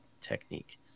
technique